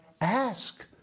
ask